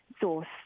source